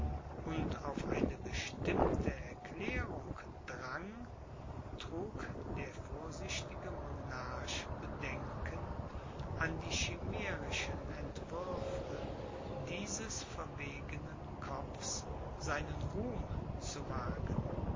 und auf eine bestimmte erklärung drang trug der vorsichtige monarch bedenken an die chimärischen entwürfe dieses verwegenen kopfs seinen ruhm zu wagen